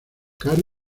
caro